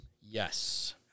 Yes